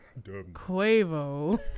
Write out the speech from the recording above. Quavo